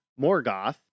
Morgoth